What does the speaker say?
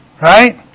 Right